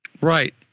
Right